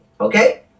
Okay